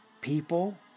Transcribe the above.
People